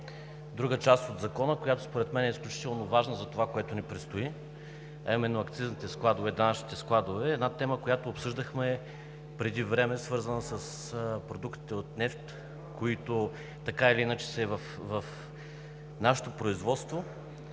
друга част от Закона, която според мен е изключително важна за това, което ни предстои, а именно акцизните складове, данъчните складове. Една тема, която обсъждахме преди време, свързана с продуктите от нефт, които така или иначе са в нашето производство.